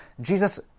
Jesus